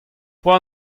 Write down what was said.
poan